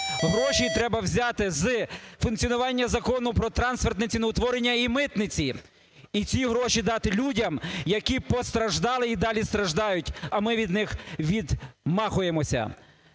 Гроші треба взяти з функціонування Закону про трансфертне ціноутворення і митниці. І ці гроші дати людям, які постраждали і далі страждають, а ми від них відмахуємося.